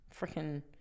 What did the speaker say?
freaking